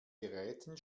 geräten